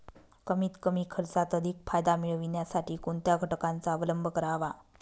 कमीत कमी खर्चात अधिक फायदा मिळविण्यासाठी कोणत्या घटकांचा अवलंब करावा?